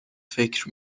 فکر